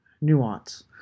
Nuance